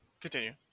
Continue